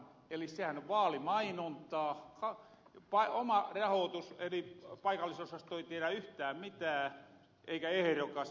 eli sehän on vaalimainontaa vain oma paikallisosasto ei tiedä yhtää mitää eikä ehrokas